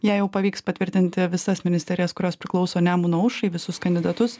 jei jau pavyks patvirtinti visas ministerijas kurios priklauso nemuno aušrai visus kandidatus